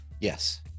Yes